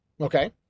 Okay